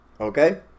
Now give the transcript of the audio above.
okay